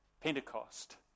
Pentecost